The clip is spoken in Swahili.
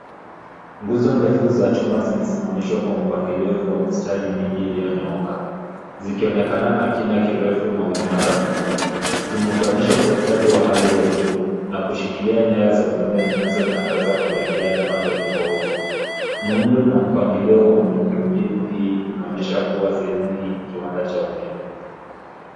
Nguzo ndefu za chuma zimesimamishwa kwa mpangilio wa mistari mingi ilyonyooka. Zikionekana na kina kirefu na uimara mkubwa. Zimeunganishwa kwa ustadi wa hali ya juu na kushikilia nyaya za umeme zinazotandaza kuelekea pande tofauti. Muundo na mpangilio wa miundo mbinu hii inaonyesha kuwa sehemu hii ni kiwanda cha umeme.